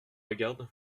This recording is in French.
regarde